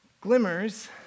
Glimmers